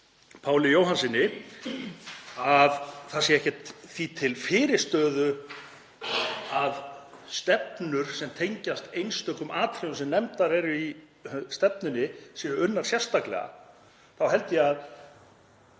Friðrikssyni að ekkert sé því til fyrirstöðu að stefnur sem tengjast einstökum atriðum sem nefndar eru í stefnunni séu unnar sérstaklega, þá held ég að